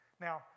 Now